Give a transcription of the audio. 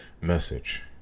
message